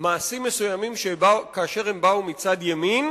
מעשים מסוימים כאשר הם באו מצד ימין,